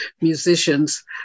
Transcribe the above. musicians